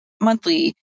monthly